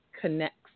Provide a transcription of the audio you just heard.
connects